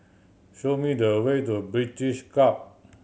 show me the way to British Club